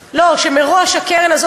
מראש,